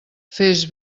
fes